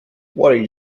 worried